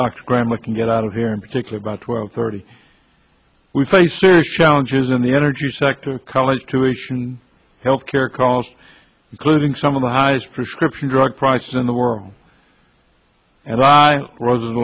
i can get out of here in particular about twelve thirty we face serious challenges in the energy sector college tuition health care costs including some of the highest prescription drug prices in the world and i